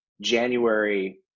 January